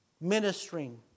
ministering